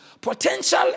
Potential